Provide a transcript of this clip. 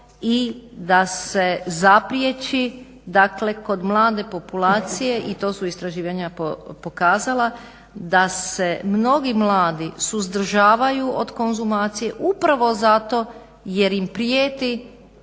i da se zapriječi, dakle kod mlade populacije i to su istraživanja pokazala, da se mnogi mladi suzdržavaju od konzumacije upravo zato jer im prijeti